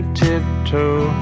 tiptoe